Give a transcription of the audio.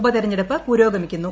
ഉപതെരഞ്ഞെടുപ്പ് പുരോഗമിക്കുന്നു